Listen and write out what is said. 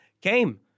came